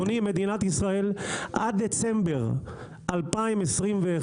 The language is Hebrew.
עד דצמבר 2021,